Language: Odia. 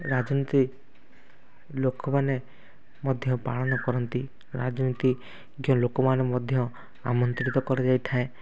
ରାଜନୀତି ଲୋକମାନେ ମଧ୍ୟ ପାଳନ କରନ୍ତି ରାଜନୀତିଜ୍ଞ ଲୋକମାନେ ମଧ୍ୟ ଆମନ୍ତ୍ରିତ କରାଯାଇଥାଏ